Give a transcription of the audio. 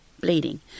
bleeding